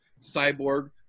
Cyborg